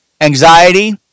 anxiety